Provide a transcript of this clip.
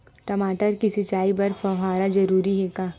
टमाटर के सिंचाई बर फव्वारा जरूरी हे का?